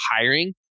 hiring